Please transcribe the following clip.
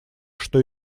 что